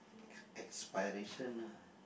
aspiration ah